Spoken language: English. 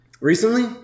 recently